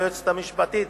היועצת המשפטית,